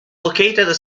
located